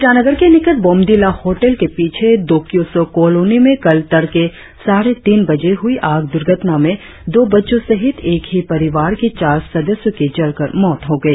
ईटानगर के निकट बोमडिला होटल के पीछे दोकियोसी कॉलोनी में कल तड़के साढ़े तीन बजे में हुई आग दुर्घटना में दो बच्चों सहित एक ही परिवार के चार सदस्यों की जलकर मौत हो गई